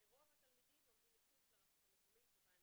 רוב התלמידים לומדים מחוץ לרשות המקומית שבה הם